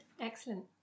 Excellent